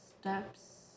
steps